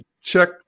check